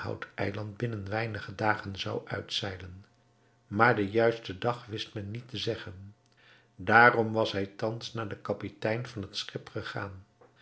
eiland binnen weinige dagen zou uitzeilen maar den juisten dag wist men hem niet te zeggen daarom was hij thans naar den kapitein van het schip gegaan